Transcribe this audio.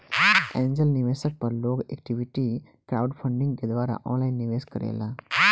angel निवेशक पर लोग इक्विटी क्राउडफण्डिंग के द्वारा ऑनलाइन निवेश करेला